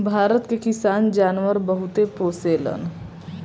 भारत के किसान जानवर बहुते पोसेलन